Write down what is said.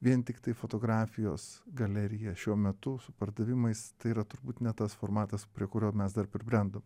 vien tiktai fotografijos galerija šiuo metu su pardavimais tai yra turbūt ne tas formatas prie kurio mes dar pribrendom